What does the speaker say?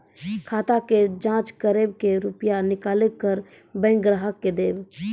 खाता के जाँच करेब के रुपिया निकैलक करऽ बैंक ग्राहक के देब?